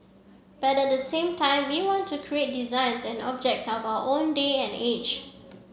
but at the same time we want to create designs and objects of our own day and age